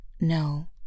No